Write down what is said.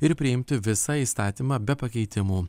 ir priimti visą įstatymą be pakeitimų